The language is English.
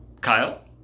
kyle